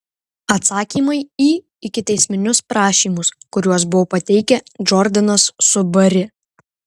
atsakymai į ikiteisminius prašymus kuriuos buvo pateikę džordanas su bari